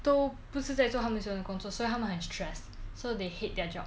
都不是在做他们喜欢的工作所以他们很 stressed so they hate their job